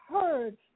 heard